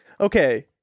Okay